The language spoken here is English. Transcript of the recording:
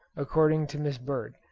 according to miss bird,